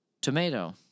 tomato